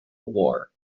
war